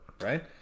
right